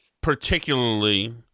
particularly